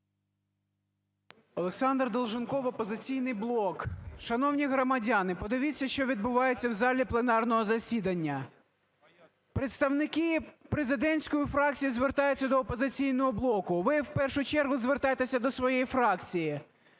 ОлександрДолженков, "Опозиційний блок". Шановні громадяни, подивіться, що відбувається у залі пленарного засідання. Представники президентської фракції звертаються до "Опозиційного блоку". Ви в першу чергу звертайтеся до своєї фракції,